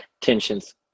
tensions